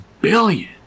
billion